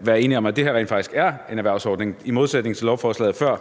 være enige om, at det her rent faktisk er en erhvervsordning, for i modsætning til lovforslaget før